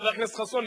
חבר הכנסת חסון,